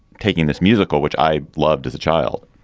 taking this musical, which i loved as a child.